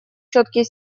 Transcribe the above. четкий